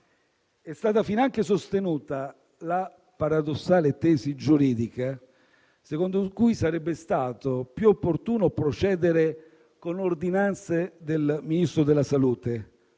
È stata finanche sostenuta la paradossale tesi giuridica secondo cui sarebbe stato più opportuno procedere con ordinanze del Ministro della salute,